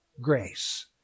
grace